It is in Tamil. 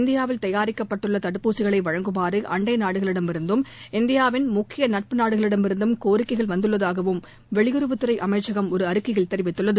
இந்தியாவில் தயாரிக்கப்பட்டுள்ள தடுப்பூசிகளை வழங்குமாறு அண்ட நாடுகளிடமிருந்தும் இந்தியாவின் முக்கிய நட்பு நாடுகளிடமிருந்தும் கோரிக்கைகள் வந்துள்ளதாகவும் வெளியுறவுத் துறை அமைச்சகம் ஒரு அறிக்கையில் தெரிவித்துள்ளது